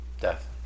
Death